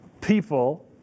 people